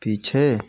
पीछे